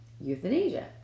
Euthanasia